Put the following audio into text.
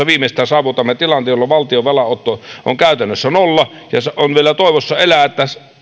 viimeistään kaksituhattayhdeksäntoista saavutamme tilanteen jolloin valtion velanotto on käytännössä nolla ja vielä toivo elää että tässä